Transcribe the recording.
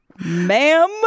Ma'am